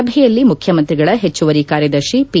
ಸಭೆಯಲ್ಲಿ ಮುಖ್ಯಮಂತ್ರಿಗಳ ಹೆಚ್ಚುವರಿ ಕಾರ್ಯದರ್ಶಿ ಪಿ